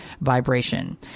vibration